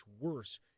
worse